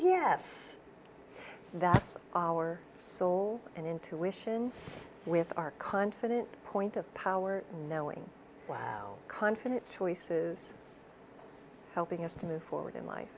yes that's our soul and intuition with our confident point of power knowing wow confident choices helping us to move forward